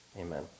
Amen